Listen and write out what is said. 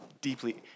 Deeply